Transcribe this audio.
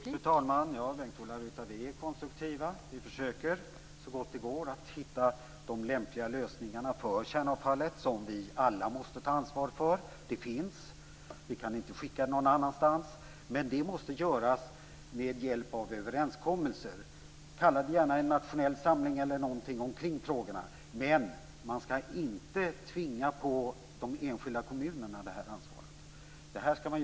Fru talman! Ja, Bengt-Ola Ryttar, vi är konstruktiva. Vi försöker så gott det går att hitta de lämpliga lösningarna för kärnavfallet, som vi alla måste ta ansvar för. Det finns; vi kan inte skicka det någon annanstans. Men det måste göras med hjälp av överenskommelser - kalla det gärna en nationell samling eller någonting sådant - kring frågorna. Man skall inte tvinga på de enskilda kommunerna det här ansvaret.